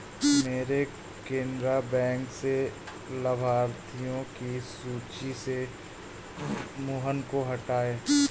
मेरे केनरा बैंक से लाभार्थियों की सूची से मोहन को हटाइए